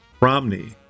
Romney